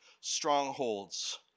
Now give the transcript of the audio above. strongholds